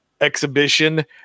exhibition